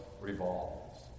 revolves